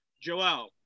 Joel